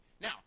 Now